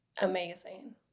amazing